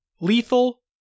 Lethal